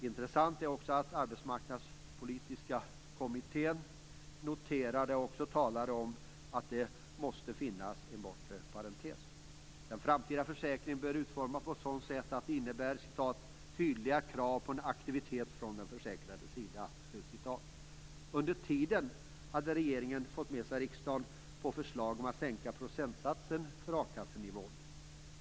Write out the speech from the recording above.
Intressant är också att även Arbetsmarknadspolitiska kommittén talade om att det måste finnas en bortre parentes. Den framtida försäkringen bör utformas på ett sådant sätt att det innebär "tydliga krav på aktivitet från den försäkrades sida". Under tiden hade regeringen fått med sig riksdagen på ett förslag om en sänkning av procentsatsen för a-kassenivåerna.